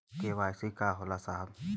KYC का होला साहब?